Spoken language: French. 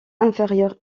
inférieures